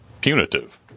punitive